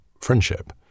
friendship